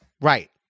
Right